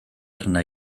arna